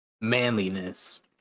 manliness